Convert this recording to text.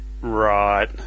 right